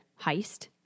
heist